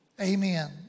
Amen